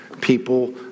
people